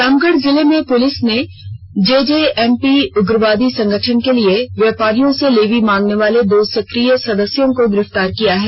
रामगढ़ जिले में पुलिस ने जेजेएमपी उग्रवादी संगठन के लिए व्यापारियों से लेवी मांगने वाले दो सक्रिय सदस्यों को गिरफ्तार किया है